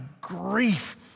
grief